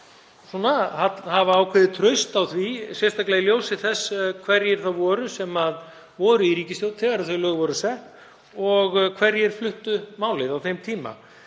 ætti hafa ákveðið traust á því, sérstaklega í ljósi þess hverjir voru í ríkisstjórn þegar þau lög voru sett og hverjir fluttu málið á þeim tíma.